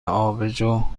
آبجو